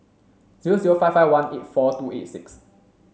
zero zero five five one eight four two eight six